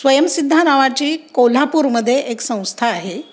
स्वयंसिद्धा नावाची कोल्हापूरमध्ये एक संस्था आहे